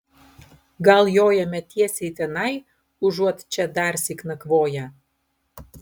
gal jojame tiesiai tenai užuot čia darsyk nakvoję